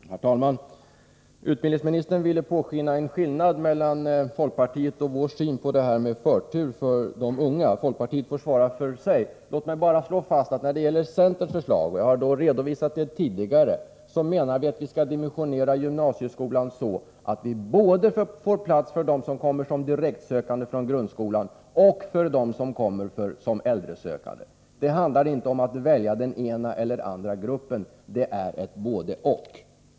Herr talman! Utbildningsministern vill låta påskina att det föreligger en skillnad mellan folkpartiets och vår syn på förslaget om förtur för de unga. Folkpartiet får svara för sig. Låt mig bara slå fast att när det gäller centerns förslag — jag har redovisat detta tidigare — är meningen att gymnasieskolan skall dimensioneras så, att det blir plats både för dem som kommer som direktsökande från grundskolan och för dem som kommer som äldresökande. Det handlar inte om att välja den ena eller andra gruppen — det är ett både-och.